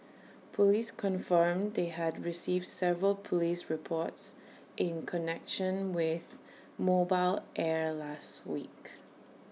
Police confirmed they had received several Police reports in connection with mobile air last week